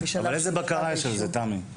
איזו בקרה יש על זה, תמי?